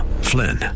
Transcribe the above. Flynn